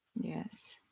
Yes